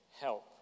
help